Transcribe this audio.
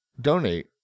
donate